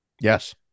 Yes